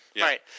Right